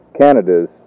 Canada's